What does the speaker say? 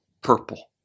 purple